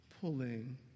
pulling